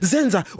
Zenza